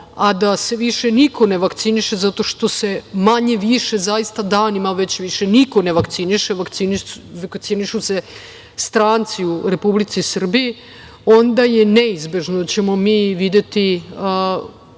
a da se više niko ne vakciniše zato što se manje više zaista danima već više niko ne vakciniše, vakcinišu se stranci u Republici Srbiji, onda je neizbežno da ćemo mi videti